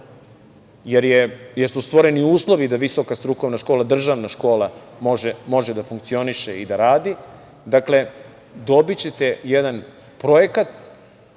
jer su stvoreni uslovi da Visoka strukovna škola, državna škola, može da funkcioniše i da radi. Dakle, dobićete jedan projekat